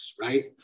right